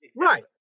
right